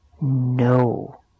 No